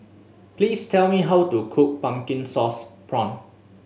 please tell me how to cook pumpkin sauce prawn